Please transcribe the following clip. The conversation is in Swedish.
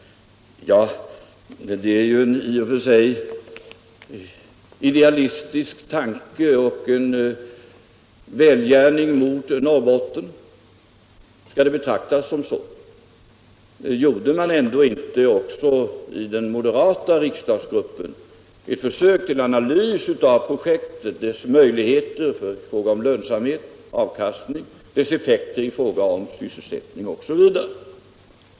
Ja, det är i och för sig en idealistisk tanke och en välgörenhet mot Norrbotten. Men skall det betraktas som så? Gjorde man inte även i den moderata riksdagsgruppen ett försök till analys av projektet, dess möjligheter i fråga om lönsamhet, avkastning, dess effekter i fråga om sysselsättning osv.?